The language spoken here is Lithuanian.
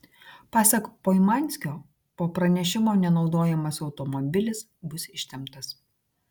pasak poimanskio po pranešimo nenaudojamas automobilis bus ištemptas